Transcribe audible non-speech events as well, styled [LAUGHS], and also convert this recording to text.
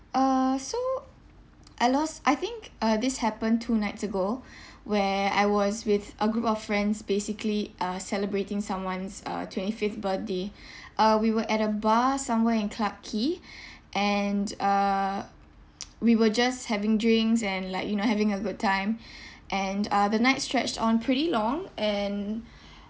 uh so [NOISE] I lost I think uh this happened two nights ago where I was with a group of friends basically uh celebrating someone's uh twenty fifth birthday uh we were at a bar somewhere in clarke quay and uh [NOISE] we were just having drinks and like you know [LAUGHS] having a good time and uh the night stretched on pretty long and